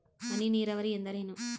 ಹನಿ ನೇರಾವರಿ ಎಂದರೇನು?